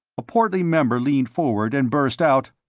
a portly member leaned forward and burst out,